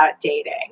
dating